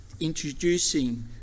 introducing